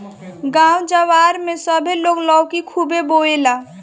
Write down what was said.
गांव जवार में सभे लोग लौकी खुबे बोएला